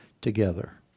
together